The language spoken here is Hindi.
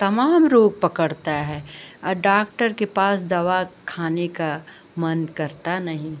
तमाम रोग पकड़ता है और डॉक्टर के पास दवा खाने का मन करता नहीं